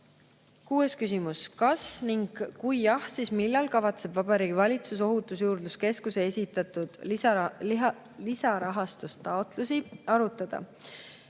Kuues küsimus: "Kas ning kui jah, siis millal kavatseb Vabariigi Valitsus Ohutusjuurdluse Keskuse esitatud lisarahastustaotlusi arutada?"